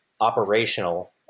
operational